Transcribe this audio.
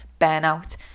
burnout